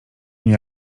mnie